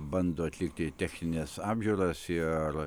bando atlikti technines apžiūras ir